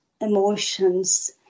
emotions